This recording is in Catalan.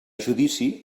judici